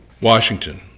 Washington